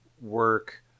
work